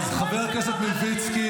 נכון ------ אז חבר הכנסת מלביצקי,